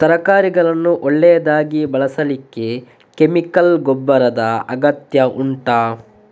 ತರಕಾರಿಗಳನ್ನು ಒಳ್ಳೆಯದಾಗಿ ಬೆಳೆಸಲಿಕ್ಕೆ ಕೆಮಿಕಲ್ ಗೊಬ್ಬರದ ಅಗತ್ಯ ಉಂಟಾ